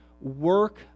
work